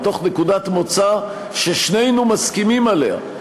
מתוך נקודת מוצא ששנינו מסכימים עליה,